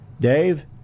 Dave